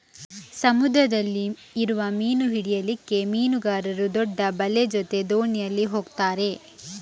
ಸಮುದ್ರದಲ್ಲಿ ಇರುವ ಮೀನು ಹಿಡೀಲಿಕ್ಕೆ ಮೀನುಗಾರರು ದೊಡ್ಡ ಬಲೆ ಜೊತೆ ದೋಣಿಯಲ್ಲಿ ಹೋಗ್ತಾರೆ